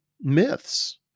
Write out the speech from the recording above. myths